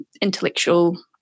intellectual